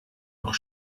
noch